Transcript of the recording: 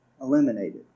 eliminated